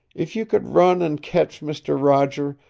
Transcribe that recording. if you could run and catch mister roger,